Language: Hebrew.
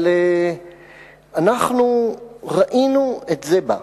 אבל אנחנו ראינו את זה בא,